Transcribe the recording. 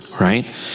right